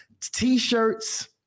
t-shirts